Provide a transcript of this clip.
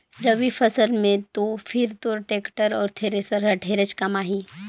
रवि फसल मे तो फिर तोर टेक्टर अउ थेरेसर हर ढेरेच कमाही